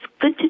good